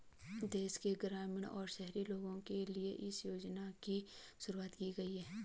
देश के ग्रामीण और शहरी लोगो के लिए इस योजना की शुरूवात की गयी